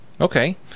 Okay